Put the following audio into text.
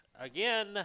again